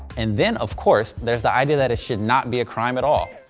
and then of course, there's the idea that it should not be a crime at all.